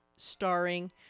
starring